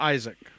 Isaac